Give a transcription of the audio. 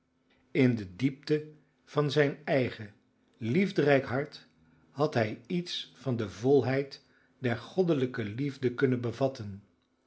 in de diepte van zijn eigen liefderijk hart had hij iets van de volheid der goddelijke liefde kunnen bevatten